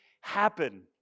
happen